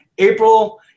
April